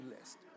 list